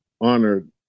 honored